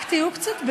רק תהיו קצת בשקט,